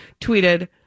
tweeted